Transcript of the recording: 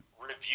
review